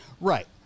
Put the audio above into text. Right